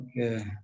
Okay